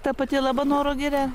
ta pati labanoro giria